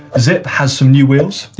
zip has some new wheels.